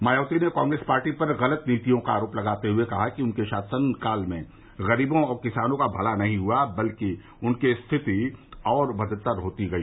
मायावती ने कांग्रेस पार्टी पर गलत नीतियों का आरोप लगाते हुए कहा कि उनके शासनकाल में गरीबों और किसानों का भला नहीं हुआ बल्कि उनकी स्थिति और बदत्तर हो गई